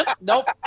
nope